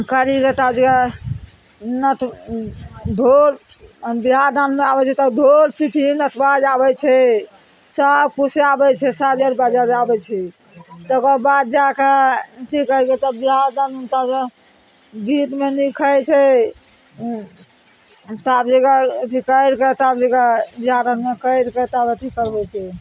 करही बेटा बियाह नऽ तो ढोल बियाह दानमे आबय छै तब ढोल पिपही नटुआ जे आबय छै सब किछु आबय छै साजल बाजय लेल आबय छै तकर बाद जाकऽ की कहय तब बियाह दान तब गीतमे नीक होइ छै ताब जगह अथी करिकऽ ताब जगह जाकए मकैर कए तब अथी करबइ छै